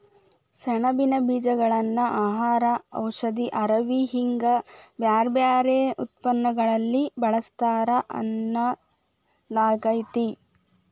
ಸೆಣಬಿನ ಬೇಜಗಳನ್ನ ಆಹಾರ, ಔಷಧಿ, ಅರವಿ ಹಿಂಗ ಬ್ಯಾರ್ಬ್ಯಾರೇ ಉತ್ಪನ್ನಗಳಲ್ಲಿ ಬಳಸ್ತಾರ ಅನ್ನಲಾಗ್ತೇತಿ